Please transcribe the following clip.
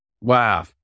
Wow